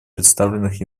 представленных